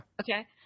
Okay